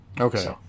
Okay